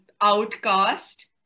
outcast